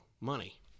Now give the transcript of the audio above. money